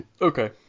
Okay